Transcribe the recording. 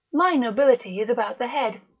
my nobility is about the head,